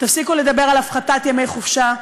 תפסיקו לדבר על הפחתת ימי חופשה.